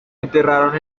enterraron